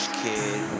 kid